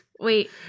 Wait